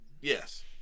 Yes